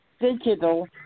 digital